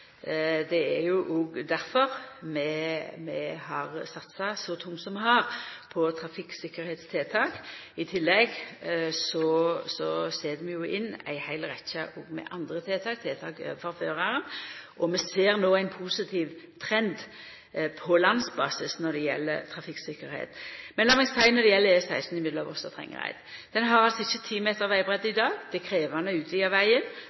Det er òg difor vi har satsa så tungt som vi har, på trafikktryggleikstiltak. I tillegg set vi inn ei heil rekkje andre tiltak, m.a. tiltak overfor føraren, og vi ser no ein positiv trend på landsbasis når det gjeld trafikktryggleik. Lat meg seia at når det gjeld E16 mellom Voss og Trengereid, har ikkje den strekninga 10 meter vegbreidd i dag. Det er krevjande å utvida vegen